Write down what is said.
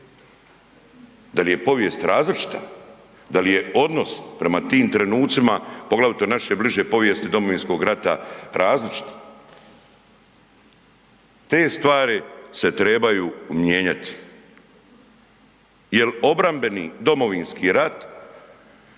Da li je povijest različita? Da li je odnos prema tim trenucima poglavito naše bliže povijesti, Domovinskog rata, različit? Te stvari se trebaju mijenjati. Jer obrambeni Domovinski rat